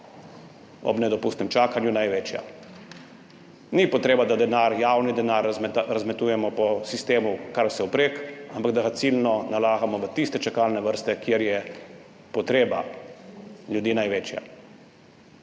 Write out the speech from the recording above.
ob nedopustnem čakanju, največja. Ni potreba, da denar, javni denar razmetujemo po sistemu kar vsevprek, ampak da ga ciljno nalagamo v tiste čakalne vrste, kjer je potreba ljudi največja.